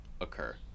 occur